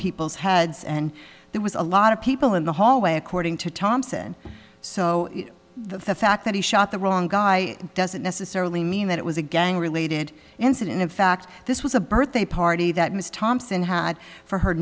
people's heads and there was a lot of people in the hallway according to thompson so the fact that he shot the wrong guy doesn't necessarily mean that it was a gang related incident in fact this was a birthday party that ms thompson had for her